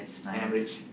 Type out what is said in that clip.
and I'm rich